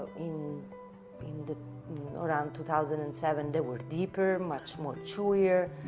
in in the around two thousand and seven there were deeper much more chewier